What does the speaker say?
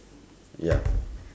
ya